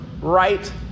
right